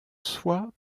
soi